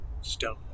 stone